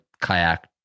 kayak